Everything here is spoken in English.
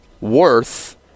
worth –